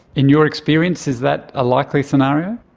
in your experience, is that a likely scenario?